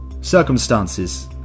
Circumstances